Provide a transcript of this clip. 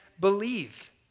believe